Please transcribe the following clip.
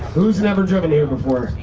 who's never driven here before?